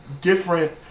different